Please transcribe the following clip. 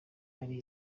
ari